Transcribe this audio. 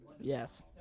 Yes